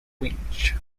winch